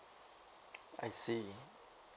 I see